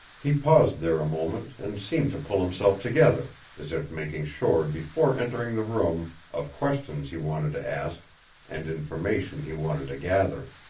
he paused there a moment and seemed to pull himself together, as if making sure before entering the room of questions he wanted to ask and information he wanted to gather.